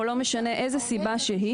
או לא משנה מאיזו סיבה שהיא.